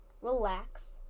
Relax